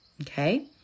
okay